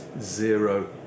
zero